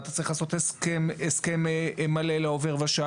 לעשות הסכם מלא לעובר ושב,